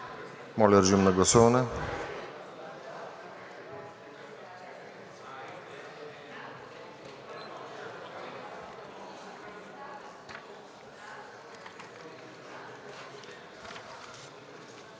Моля, режим на гласуване.